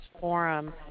Forum